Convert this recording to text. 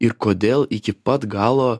ir kodėl iki pat galo